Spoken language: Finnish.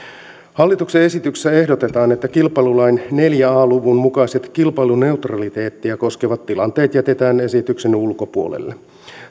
hallituksen esityksessä ehdotetaan että kilpailulain neljä a luvun mukaiset kilpailuneutraliteettia koskevat tilanteet jätetään esityksen ulkopuolelle